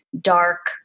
dark